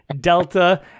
Delta